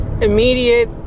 immediate